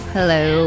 Hello